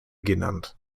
genannt